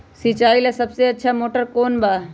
सिंचाई ला सबसे अच्छा मोटर कौन बा?